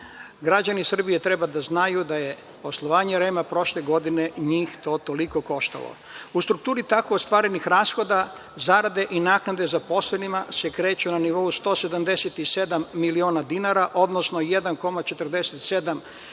Građani Srbije treba da znaju da ih je poslovanje REM-a prošle godine toliko koštalo. U strukturi tako ostvarenih rashoda, zarade i naknade zaposlenima se kreću na nivou 177 miliona dinara, odnosno 1,47 miliona evra,